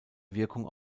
wirkung